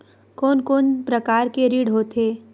कोन कोन प्रकार के ऋण होथे?